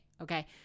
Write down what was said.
okay